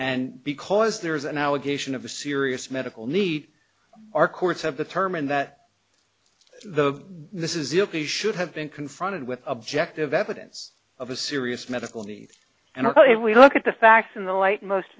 and because there is an allegation of a serious medical need our courts have determined that the this is if he should have been confronted with objective evidence of a serious medical need and also if we look at the facts in the light most